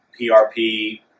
PRP